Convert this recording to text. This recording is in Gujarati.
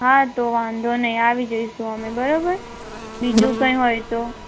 હા તો વાંધો નહીં આવી જઇશું અમે બરાબર બીજું કંઇ હોય તો